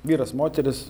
vyras moteris